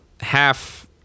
half